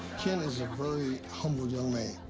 ken is a very humble young man.